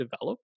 develop